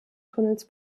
tunnels